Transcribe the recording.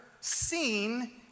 seen